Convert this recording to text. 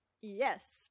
Yes